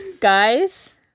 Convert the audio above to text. guys